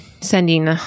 sending